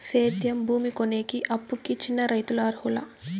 సేద్యం భూమి కొనేకి, అప్పుకి చిన్న రైతులు అర్హులా?